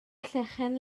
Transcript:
llechen